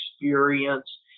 experience